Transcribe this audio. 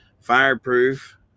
fireproof